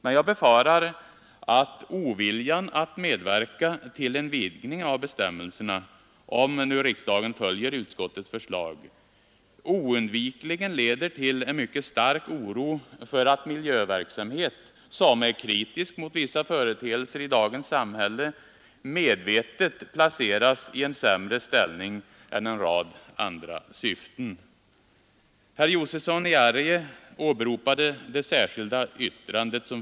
Men jag befarar att oviljan att medverka till en vidgning av bestämmelserna, om nu riksdagen följer utskottets förslag, oundvikligen leder till en mycket stark oro för att miljöverksamhet, som är kritisk mot vissa företeelser i dagens samhälle, medvetet placeras i en sämre ställning än en rad andra verksamheter. Herr Josefson i Arrie åberopade det särskilda yttrandet.